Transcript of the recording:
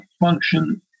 function